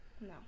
No